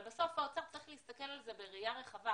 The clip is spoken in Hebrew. אבל בסוף צריך להסתכל על זה בראייה רחבה,